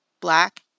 black